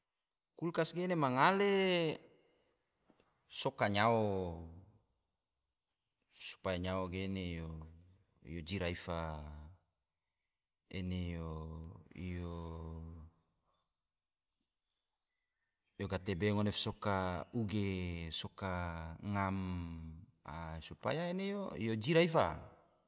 Kulkas ge ene ma ngale soka nyao, supaya nyao ge ene yo jira ifa, ene yo gatebe ngone fo soka uge, soka ngam, supaya ene yo jira ifa